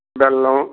బెల్లం